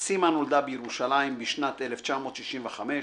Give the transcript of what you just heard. סימה נולדה בירושלים בשנת 1965,